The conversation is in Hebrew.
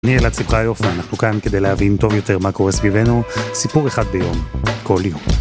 אני אלעד שמחיוף, ואנחנו כאן כדי להבין טוב יותר מה קורה סביבנו. סיפור אחד ביום, כל יום.